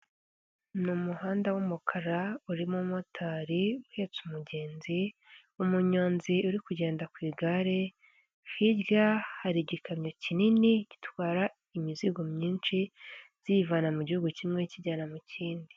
Ni umuhanda w'umukara urimo umumotari uhetse umugenzi, umuyonzi uri kugenda ku igare. Hirya hari igikamyo kinini gitwara imizigo myinshi kiyivana mu gihugu kimwe, kijyana mu kindi.